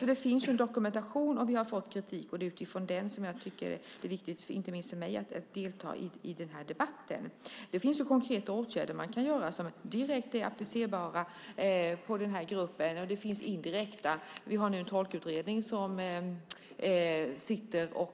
Det finns en dokumentation, och vi har fått kritik. Det är utifrån den som det är viktigt inte minst för mig att delta i den här debatten. Det finns konkreta åtgärder som man kan vidta som är direkt applicerbara på den här gruppen, och det finns indirekta åtgärder. Vi har nu en tolkutredning som är tillsatt.